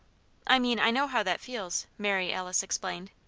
i mean, i know how that feels, mary alice explained.